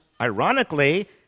ironically